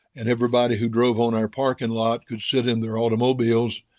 and everybody who drove on our parking lot could sit in their automobiles,